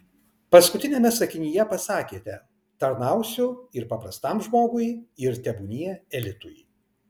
paskutiniame sakinyje pasakėte tarnausiu ir paprastam žmogui ir tebūnie elitui